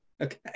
Okay